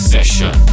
Session